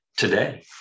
today